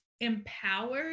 empowered